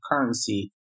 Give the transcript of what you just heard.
currency